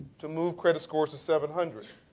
to move credit scores to seven hundred.